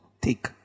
take